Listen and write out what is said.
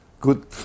good